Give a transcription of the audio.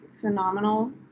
phenomenal